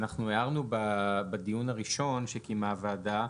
אנחנו הערנו בדיון הראשון שקיימה הוועדה,